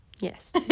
Yes